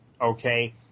Okay